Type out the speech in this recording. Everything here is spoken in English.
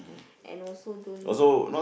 and also don't